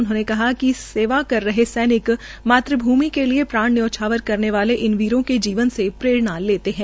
उनहोंने कहा कि सेवा कर रहे सैनिकों मात्र भूमि के लिये प्राण न्यौछावर करने वाले इन वीरों के जीवन से प्रेरणा लेते है